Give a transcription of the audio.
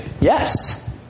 Yes